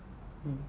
mm